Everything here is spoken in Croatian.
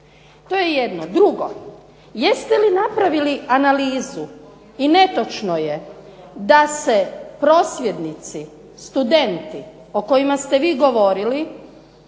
To je jedno. Drugo, jeste li napravili analizu i netočno je da se prosvjednici studenti o kojima ste vi govorili